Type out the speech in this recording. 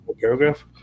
paragraph